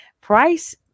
price